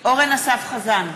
אורן אסף חזן,